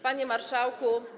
Panie Marszałku!